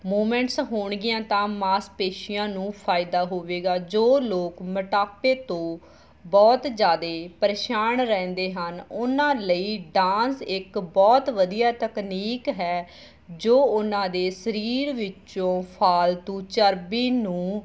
movements ਹੋਣਗੀਆਂ ਤਾਂ ਮਾਂਸਪੇਸ਼ੀਆਂ ਨੂੰ ਫ਼ਾਇਦਾ ਹੋਵੇਗਾ ਜੋ ਲੋਕ ਮੋਟਾਪੇ ਤੋਂ ਬਹੁਤ ਜ਼ਿਆਦਾ ਪਰੇਸ਼ਾਨ ਰਹਿੰਦੇ ਹਨ ਉਹਨਾਂ ਲਈ ਡਾਂਸ ਇੱਕ ਬਹੁਤ ਵਧੀਆ ਤਕਨੀਕ ਹੈ ਜੋ ਉਹਨਾਂ ਦੇ ਸਰੀਰ ਵਿੱਚੋਂ ਫਾਲਤੂ ਚਰਬੀ ਨੂੰ